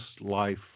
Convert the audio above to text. life